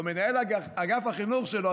או מנהל אגף החינוך שלו,